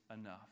enough